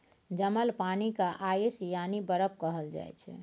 जमल पानि केँ आइस यानी बरफ कहल जाइ छै